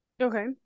Okay